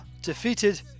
Defeated